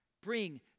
bring